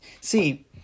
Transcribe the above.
see